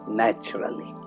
naturally